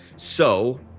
so,